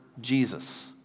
Jesus